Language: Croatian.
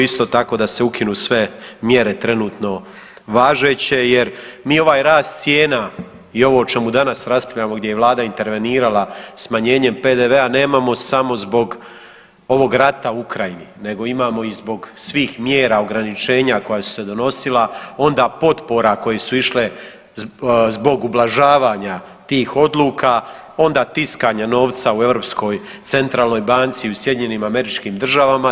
Isto tako da se ukinu sve mjere trenutno važeće jer mi ovaj rast cijena i ovo o čemu danas raspravljamo gdje je vlada intervenirala smanjenjem PDV-a nemamo samo zbog ovog rata u Ukrajini nego imamo i zbog svih mjera ograničenja koja su se donosila, onda potpora koje su išle zbog ublažavanja tih odluka, onda tiskanja novca u Europskoj centralnoj banci u SAD-u.